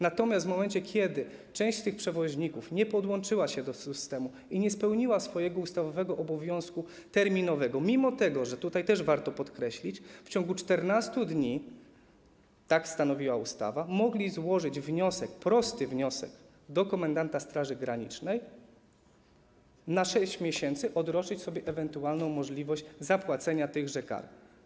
Natomiast w momencie, kiedy część z tych przewoźników nie podłączyła się do systemu i nie spełniła swojego ustawowego obowiązku terminowego mimo tego - też warto podkreślić - że w ciągu 14 dni, tak stanowiła ustawa, mogli złożyć prosty wniosek do komendanta Straży Granicznej, by na 6 miesięcy odroczyć sobie ewentualną możliwość zapłacenia tychże kar.